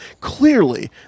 Clearly